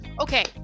Okay